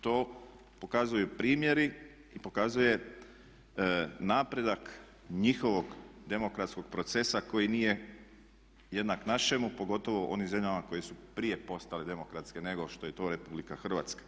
To pokazuju primjeri i pokazuje napredak njihovog demokratskog procesa koji nije jednak našemu, pogotovo u onim zemljama koje su prije postale demokratske nego što je to RH.